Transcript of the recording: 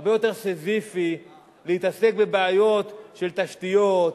הרבה יותר סיזיפי להתעסק בבעיות של תשתיות,